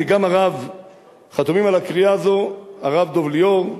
גם חתומים על הקריאה הזאת הרב דב ליאור,